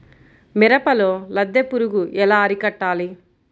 మిరపలో లద్దె పురుగు ఎలా అరికట్టాలి?